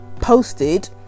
posted